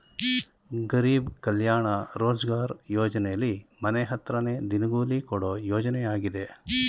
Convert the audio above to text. ಗರೀಬ್ ಕಲ್ಯಾಣ ರೋಜ್ಗಾರ್ ಯೋಜನೆಲಿ ಮನೆ ಹತ್ರನೇ ದಿನಗೂಲಿ ಕೊಡೋ ಯೋಜನೆಯಾಗಿದೆ